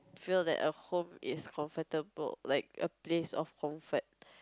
feel that a home is comfortable like a place of comfort